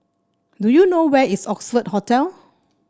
do you know where is Oxford Hotel